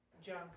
junk